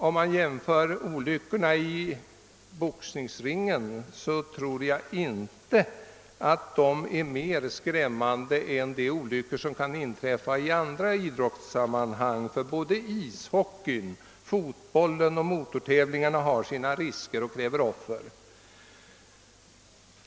Om man jämför olyckorna i boxningsringen med andra, tror jag inte att de i boxningsringen är mera skrämmande än de olyckor som kan inträffa i andra idrottssammanhang; både ishockeyn, fotbollen och motortävlingarna har sina risker och kräver offer.